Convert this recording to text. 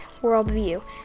worldview